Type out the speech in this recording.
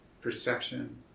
perception